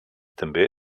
també